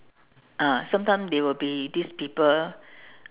ah sometimes they will be these people